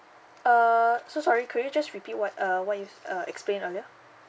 uh so sorry could you just repeat what uh what you uh explain earlier